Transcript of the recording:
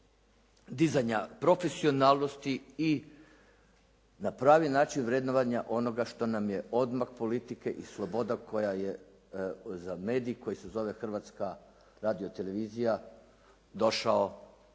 dizanja profesionalnosti i na pravi način vrednovanja onoga što nam je … politike i sloboda koja je za medij koja se zove Hrvatska radiotelevizija došao